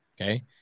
Okay